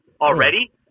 already